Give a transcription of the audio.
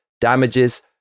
damages